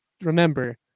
remember